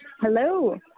Hello